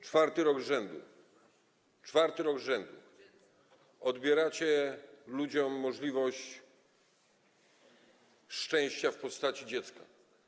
Czwarty rok z rzędu odbieracie ludziom możliwość posiadania szczęścia w postaci dziecka.